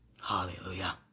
Hallelujah